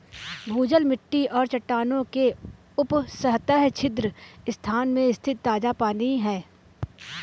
भूजल मिट्टी और चट्टानों के उपसतह छिद्र स्थान में स्थित ताजा पानी है